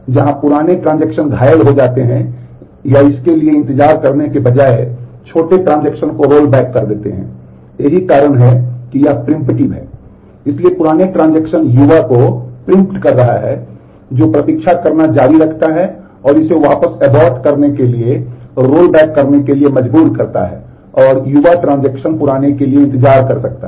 इसलिए पुराने ट्रांजेक्शन पुराने के लिए इंतजार कर सकता है